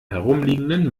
herumliegenden